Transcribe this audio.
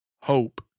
hope